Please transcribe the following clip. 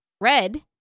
Red